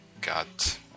got